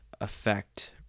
affect